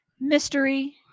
Mystery